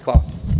Hvala.